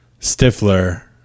Stifler